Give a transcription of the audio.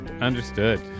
Understood